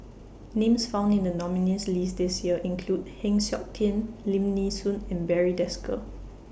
Names found in The nominees' list This Year include Heng Siok Tian Lim Nee Soon and Barry Desker